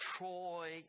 Troy